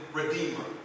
redeemer